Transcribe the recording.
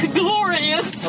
glorious